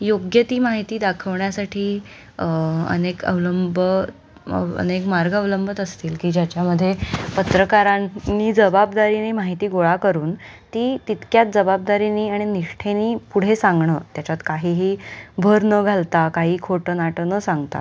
योग्य ती माहिती दाखवण्यासाठी अनेक अवलंब अनेक मार्ग अवलंबत असतील की ज्याच्यामध्ये पत्रकारांनी जबाबदारीने माहिती गोळा करून ती तितक्याच जबाबदारीने आणि निष्ठेने पुढे सांगणं त्याच्यात काहीही भर न घालता काही खोटं नाटं न सांगता